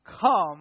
come